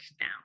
now